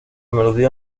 melodía